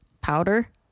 Powder